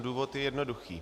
Důvod je jednoduchý.